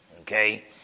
okay